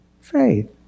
Faith